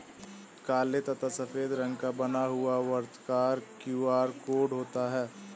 काले तथा सफेद रंग का बना हुआ वर्ताकार क्यू.आर कोड होता है